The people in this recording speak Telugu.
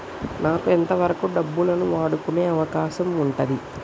నాకు ఎంత వరకు డబ్బులను వాడుకునే అవకాశం ఉంటది?